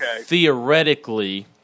theoretically